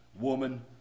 woman